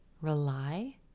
Rely